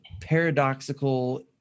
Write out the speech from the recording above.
paradoxical